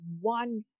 one